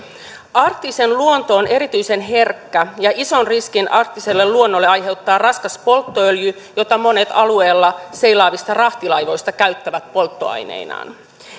arktiksen luonto on erityisen herkkä ja ison riskin arktiselle luonnolle aiheuttaa raskas polttoöljy jota monet alueella seilaavista rahtilaivoista käyttävät polttoaineenaan